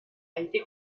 été